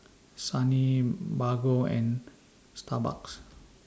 Sony Bargo and Starbucks